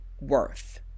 worth